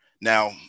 Now